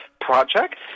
project